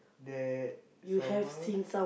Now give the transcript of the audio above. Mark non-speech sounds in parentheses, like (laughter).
that someone (noise)